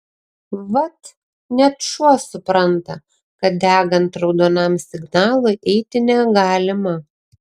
vat net šuo supranta kad degant raudonam signalui eiti negalima